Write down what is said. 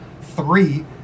three